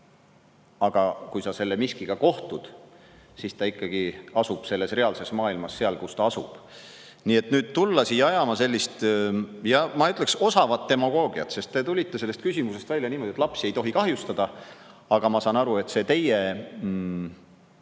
aga kui sa selle miskiga kohtud, siis ta ikkagi asub reaalses maailmas seal, kus ta asub. Nii et nüüd tulla siia ajama sellist, ma ütleks, osavat demagoogiat … Te tulite sellest küsimusest välja [seisukohaga], et lapsi ei tohi kahjustada, aga ma saan aru, et see teie